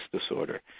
disorder